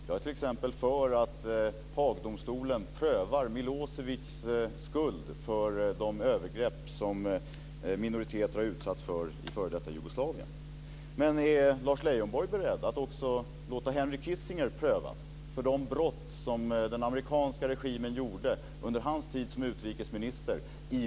Jag är t.ex. för att Haagdomstolen prövar Milo evic skuld för de övergrepp som minoriteter har utsatts för i f.d. Jugoslavien. Men är Lars Leijonborg beredd att också låta Henry Kissinger prövas för de brott som den amerikanska regimen begick i Vietnam under hans tid som utrikesminister?